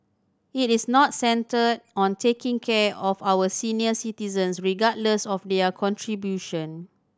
it is not centred on taking care of our senior citizens regardless of their contribution